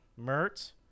Mertz